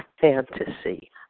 fantasy